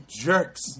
jerks